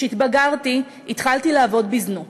כשהתבגרתי התחלתי לעבור בזנות.